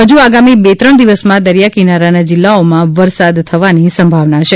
હજુ આગામી બે ત્રણ દિવસમાં દરિયા કિનારાના જિલ્લાઓમાં વરસાદ થવાની સંભાવના છે